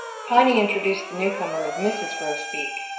piny introduced the newcomer as mrs. grosbeak.